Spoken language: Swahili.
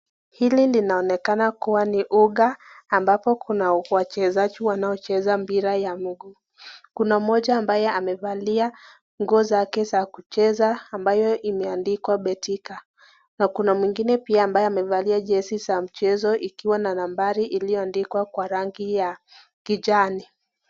Hili linaonekana kua ni uga ambapo kuna wachezaji wanaocheza mpira ya mguu. Kuna mmoja ambaye amevalia nguo zake za kucheza ambayo imeandikwa Betika, na kuna mwingine pia amevalia jesi za mchezo ikiwa na nambari iliyoandikwa kwa rangi ya kijani.